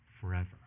forever